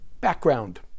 Background